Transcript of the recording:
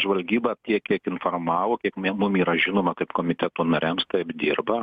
žvalgyba tiek kiek informavo kaip mum yra žinoma kaip komiteto nariams taip dirba